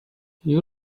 you